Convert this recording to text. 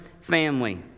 family